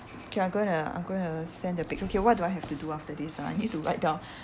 okay I'm gonna I'm gonna send the picture okay what do I have to do after this ah I need to write down